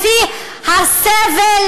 לפי הסבל